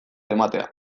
ematea